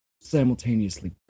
simultaneously